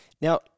Now